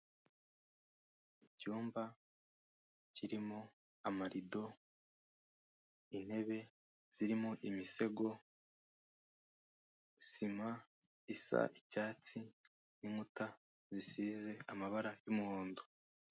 Icyumba kirimo amarido, intebe zirimo imisego, sima isa icyatsi n'inkuta zisize amabara y'umuhondo.